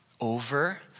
Over